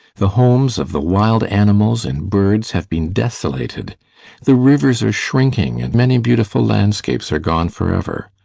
the homes of the wild animals and birds have been desolated the rivers are shrinking, and many beautiful landscapes are gone forever.